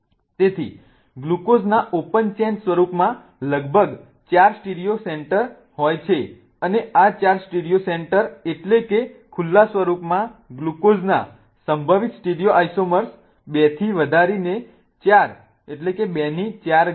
તેથી ગ્લુકોઝના open chain સ્વરૂપમાં લગભગ 4 સ્ટીરિયો સેન્ટર હોય છે અને આ 4 સ્ટીરિયો સેન્ટર એટલે કે ખુલ્લા સ્વરૂપમાં ગ્લુકોઝ ના સંભવિત સ્ટીરિયોઆઈસોમર્સ 2 થી વધારીને 4 થાય છે એટલે કે 16